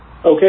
Okay